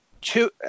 two